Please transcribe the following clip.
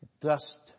dust